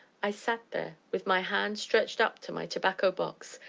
i sat there with my hand stretched up to my tobacco-box,